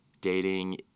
dating